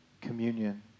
communion